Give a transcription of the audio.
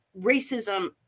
racism